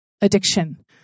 addiction